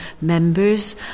members